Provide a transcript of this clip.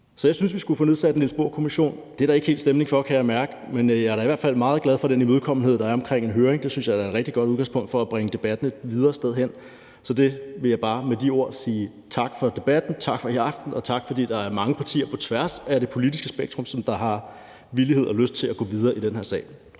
Så jeg synes, vi skulle få nedsat en Niels Bohr-kommission. Det er der ikke stemning for, kan jeg mærke, men jeg er da i hvert fald meget glad for den imødekommenhed, der er i forhold til en høring. Det synes jeg da er et rigtig godt udgangspunkt for at bringe debatten et videre sted hen. Så med de ord vil jeg bare sige tak for debatten, tak for i aften, og tak for, at der er mange partier på tværs af det politiske spektrum, som har villighed og lyst til at gå videre i den her sag.